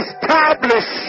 Establish